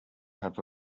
have